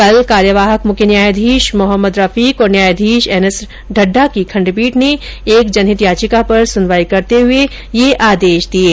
कल कार्यवाहक मुख्य न्यायाधीश मोहम्मद रफीक और न्यायाधीश एन एस ढड्ढा की खंडपीठ ने एक जनहित याचिका पर सुनवाई करते हुए यह आदेश दिये